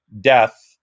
death